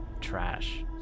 trash